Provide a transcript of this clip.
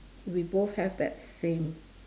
we both have that same